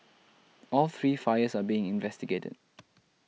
all three fires are being investigated